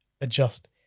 adjust